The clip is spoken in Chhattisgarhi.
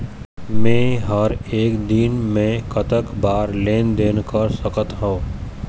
मे हर एक दिन मे कतक बार लेन देन कर सकत हों?